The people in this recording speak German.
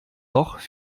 noch